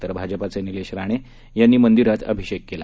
तर भाजपाचे निलेश राणे यांनी मंदिरात अभिषेक केला